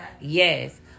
Yes